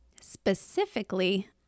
specifically